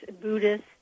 Buddhist